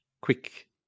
quick